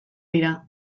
dira